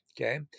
okay